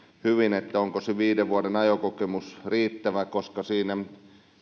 hyvin onko se viiden vuoden ajokokemus riittävä siinä